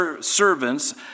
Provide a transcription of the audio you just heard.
servants